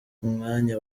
umwanya